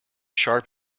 sharp